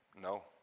No